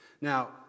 Now